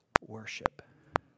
worship